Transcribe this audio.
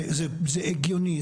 זה הגיוני,